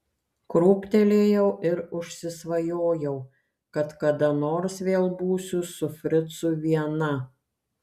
krūptelėjau ir užsisvajojau kad kada nors vėl būsiu su fricu viena